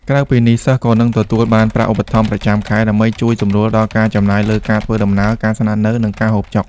ក្រៅពីនេះ សិស្សក៏នឹងទទួលបានប្រាក់ឧបត្ថម្ភប្រចាំខែ ដើម្បីជួយសម្រួលដល់ការចំណាយលើការធ្វើដំណើរ ការស្នាក់នៅ និងការហូបចុក។